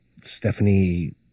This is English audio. Stephanie